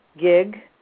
gig